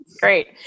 great